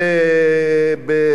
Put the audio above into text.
בוואדי-עארה קיים.